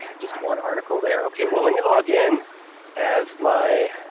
just one article there. okay, well, let me log-in as my